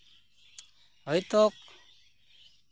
ᱦᱚᱭᱛᱚ